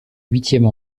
huitième